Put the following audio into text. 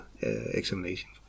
examination